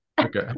okay